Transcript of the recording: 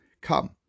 come